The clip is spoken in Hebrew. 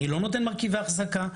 אני לא נותן מרכיבי אחזקה,